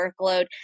workload